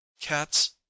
Cat's